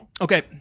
okay